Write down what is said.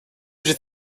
did